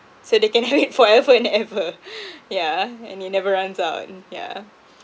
so they can have it forever and ever yeah and it never runs out yeah